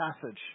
passage